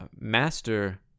master